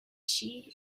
she